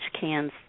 cans